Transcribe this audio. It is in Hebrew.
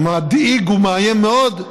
הגם שזה נראה מדאיג ומאיים מאוד,